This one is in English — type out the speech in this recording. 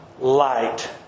light